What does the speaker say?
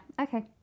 okay